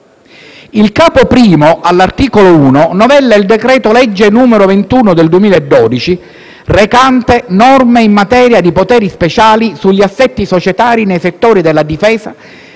Il capo I, all'articolo 1, novella il decreto-legge n. 21 del 2012, recante «norme in materia di poteri speciali sugli assetti societari nei settori della difesa